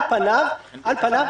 אין --- נתונים?